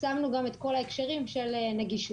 שמנו גם את כל ההקשרים של נגישות.